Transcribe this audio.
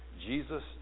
Jesus